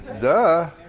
Duh